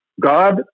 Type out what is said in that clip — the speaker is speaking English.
God